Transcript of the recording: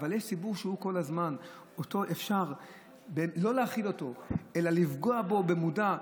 יש ציבור שהוא כל הזמן ואותו אפשר לא להכיל אלא לפגוע בו במודע.